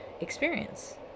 experience